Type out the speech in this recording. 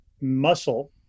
muscle